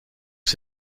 que